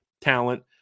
talent